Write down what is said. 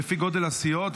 לפי גודל הסיעות,